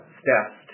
steps